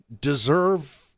deserve